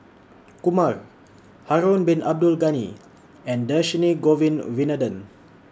Kumar Harun Bin Abdul Ghani and Dhershini Govin Winodan